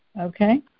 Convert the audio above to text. okay